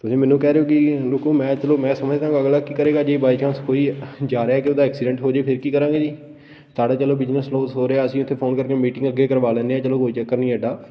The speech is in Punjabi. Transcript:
ਤੁਸੀਂ ਮੈਨੂੰ ਕਹਿ ਰਹੇ ਹੋ ਕਿ ਰੁਕੋ ਮੈਂ ਚਲੋਂ ਮੈਂ ਸਮਝਦਾ ਅਗਲਾ ਕੀ ਕਰੇਗਾ ਜੇ ਬਾਏ ਚਾਂਸ ਕੋਈ ਜਾ ਰਿਹਾ ਕਿ ਉਹਦਾ ਐਕਸੀਡੈਂਟ ਹੋ ਜਾਵੇ ਫਿਰ ਕੀ ਕਰਾਂਗੇ ਜੀ ਸਾਡੇ ਚਲੋ ਬਿਜ਼ਨਸ ਲੋਸ ਹੋ ਰਿਹਾ ਅਸੀਂ ਉੱਥੇ ਫੋਨ ਕਰਕੇ ਮੀਟਿੰਗ ਅੱਗੇ ਕਰਵਾ ਲੈਂਦੇ ਹਾਂ ਚਲੋ ਕੋਈ ਚੱਕਰ ਨਹੀਂ ਐਡਾ